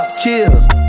chill